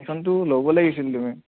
সেইখনতো ল'ব লাগিছিল তুমি